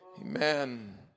Amen